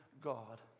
God